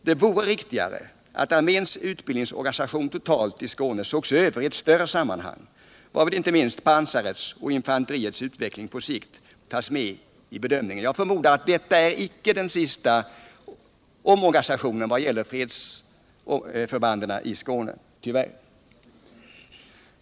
Det vore riktigare att arméns utbildningsorganisation totalt i Skåne sågs över i ett större sammanhang, varvid inte minst pansarets och infanteriets utveckling på sikt skulle tas med i bedömningen. Jag förmodar att detta icke är den sista omorganisationen när det gäller fredsförbanden i Skåne — tyvärr.